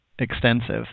extensive